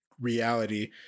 reality